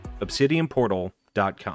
obsidianportal.com